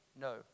No